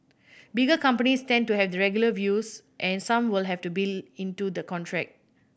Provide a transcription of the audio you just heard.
bigger companies tend to have regular views and some will have to into the contract